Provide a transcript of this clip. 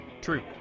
True